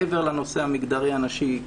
מעבר לנושא המגדרי הנשי,